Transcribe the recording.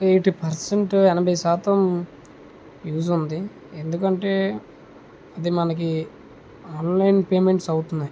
eighty percent ఎనభై శాతం use ఉంది ఎందుకంటే అది మనకి ఆన్లైన్ పేమెంట్స్ అవుతున్నాయి